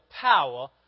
power